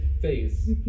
face